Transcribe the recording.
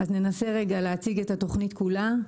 ננסה להציג את התוכנית כולה.